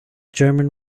german